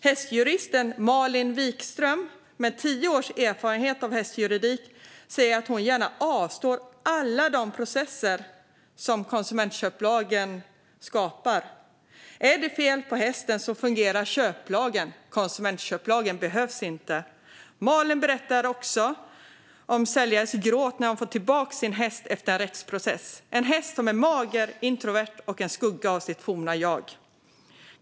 Hästjuristen Malin Wikström, med tio års erfarenhet av hästjuridik, säger att hon gärna avstår alla de processer som konsumentköplagen skapar. Är det fel på hästen fungerar köplagen. Konsumentköplagen behövs inte. Malin berättar också om säljares gråt när de får tillbaka sin häst efter en rättsprocess. Det är en häst som är mager, introvert och en skugga av sitt forna jag.